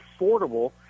affordable